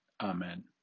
Amen